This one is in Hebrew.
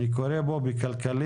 אני קורא בכלכליסט,